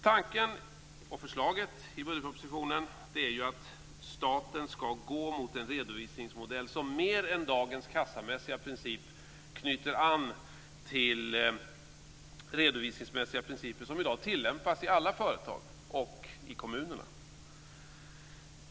Tanken och förslaget i budgetpropositionen är ju att staten ska gå mot en redovisningsmodell som mer än dagens kassamässiga princip knyter an till redovisningsmässiga principer som i dag tillämpas i alla företag och i kommunerna.